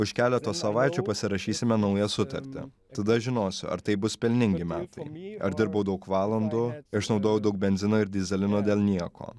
už keleto savaičių pasirašysime naują sutartį tada žinosiu ar tai bus pelningi metai pirmieji ar dirbau daug valandų išnaudojau daug benzino ir dyzelino dėl nieko